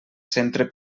centre